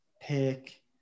pick